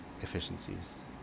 efficiencies